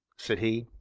said he.